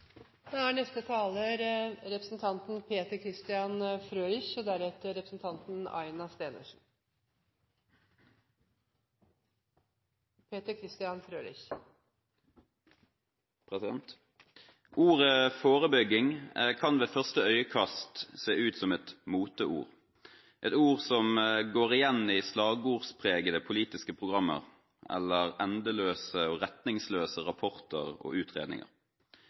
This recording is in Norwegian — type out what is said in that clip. Ordet «forebygging» kan ved første øyekast se ut som et moteord, et ord som går igjen i slagordpregede politiske programmer eller endeløse og retningsløse rapporter og utredninger.